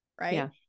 right